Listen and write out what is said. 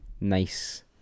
nice